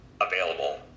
available